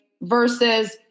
versus